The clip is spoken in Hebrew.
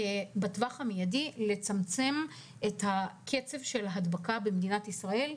בטווח המיידי הן לצמצם את קצב ההדבקה במדינת ישראל,